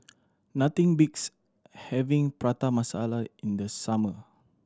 nothing beats having Prata Masala in the summer